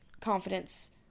confidence